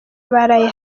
baraye